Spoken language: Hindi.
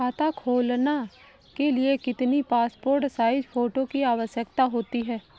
खाता खोलना के लिए कितनी पासपोर्ट साइज फोटो की आवश्यकता होती है?